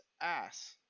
ass